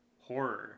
horror